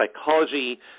psychology